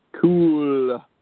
Cool